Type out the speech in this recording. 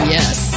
Yes